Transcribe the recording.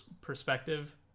perspective